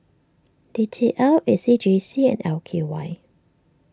D T L A C J C and L K Y